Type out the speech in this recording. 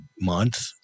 month